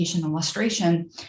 illustration